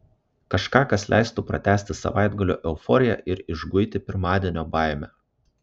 kažką kas leistų pratęsti savaitgalio euforiją ir išguiti pirmadienio baimę